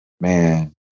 man